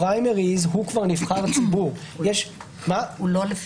מתנהלת במסגרת מערכת פריימריז אז היא לא תחת